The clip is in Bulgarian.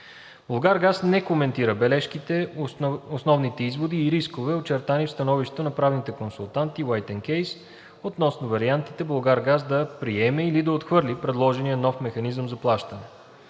„Булгаргаз“ не коментира бележките, основните изводи и рискове, очертани в становището на правните консултанти, White and Case LLP, относно вариантите „Булгаргаз“ да приеме или да отхвърли предложения нов механизъм за плащане.